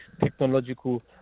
technological